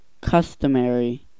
customary